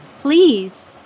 Please